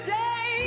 day